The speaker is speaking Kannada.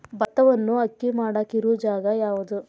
ಭತ್ತವನ್ನು ಅಕ್ಕಿ ಮಾಡಾಕ ಇರು ಜಾಗ ಯಾವುದು?